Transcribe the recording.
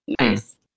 Nice